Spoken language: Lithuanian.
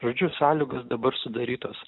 žodžiu sąlygos dabar sudarytos